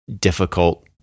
difficult